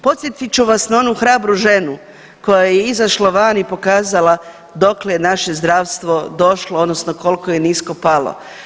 Podsjetit ću vas na onu hrabru ženu koja je izašla van i pokazala dokle je naše zdravstvo došlo odnosno kolko je nisko palo.